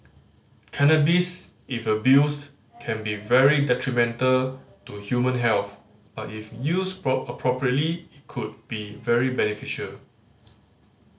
cannabis if abused can be very detrimental to human health but if used appropriately it could be very beneficial